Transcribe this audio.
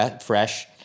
fresh